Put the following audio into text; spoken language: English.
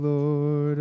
Lord